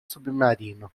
submarino